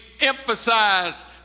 emphasize